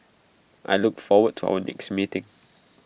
I look forward to our next meeting